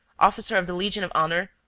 officer of the legion of honour,